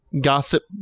gossip